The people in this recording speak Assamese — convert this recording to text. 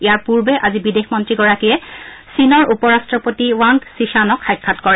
ইয়াৰ পূৰ্বে আজি বিদেশ মন্ত্ৰীগৰাকীয়ে চীনৰ উপ ৰাট্টপতি ৱাংগ শ্বিচানক সাক্ষাৎ কৰে